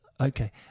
okay